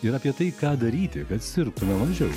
ir apie tai ką daryti kad sirgtume mažiau